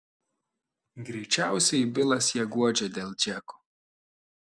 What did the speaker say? greičiausiai bilas ją guodžia dėl džeko